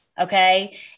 okay